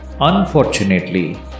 Unfortunately